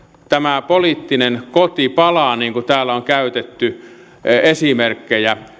tämä poliittinen koti palaa niin kuin täällä on käytetty esimerkkejä